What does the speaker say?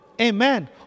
Amen